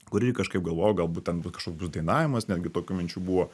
kur irgi kažkaip galvojau galbūt ten bus kažkoks bus dainavimas netgi tokių minčių buvo